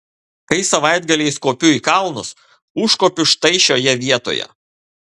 kai savaitgaliais kopiu į kalnus užkopiu štai šioje vietoje